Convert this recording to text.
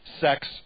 sex